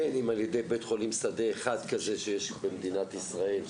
בין אם על ידי בית חולים שדה אחד שיש במדינת ישראל,